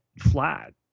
flat